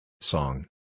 Song